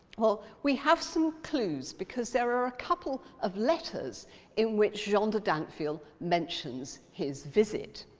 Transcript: well, we have some clues because there are a couple of letters in which jean de dinteville mentions his visit.